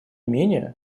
менее